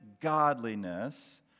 godliness